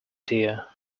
dear